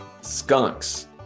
skunks